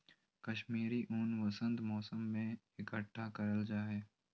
कश्मीरी ऊन वसंत मौसम में इकट्ठा करल जा हय